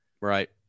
Right